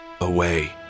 away